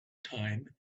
time